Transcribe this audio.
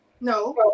No